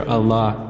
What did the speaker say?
Allah